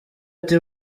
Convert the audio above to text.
ati